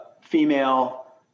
female